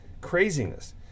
craziness